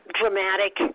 dramatic